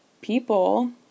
people